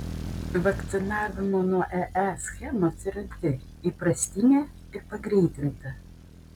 vakcinavimo nuo ee schemos yra dvi įprastinė ir pagreitinta